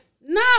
No